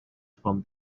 from